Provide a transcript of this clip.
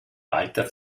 alter